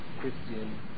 Christian